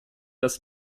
das